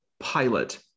Pilot